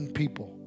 people